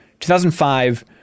2005